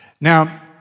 Now